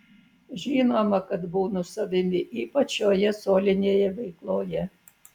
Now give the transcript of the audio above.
žinoma kad būnu savimi ypač šioje solinėje veikloje